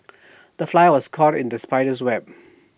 the fly was caught in the spider's web